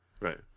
right